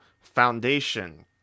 foundation